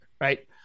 right